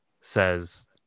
says